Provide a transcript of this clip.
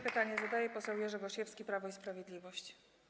Pytanie zadaje poseł Jerzy Gosiewski, Prawo i Sprawiedliwość.